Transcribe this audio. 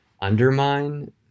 undermine